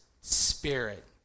spirit